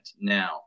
now